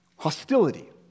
Hostility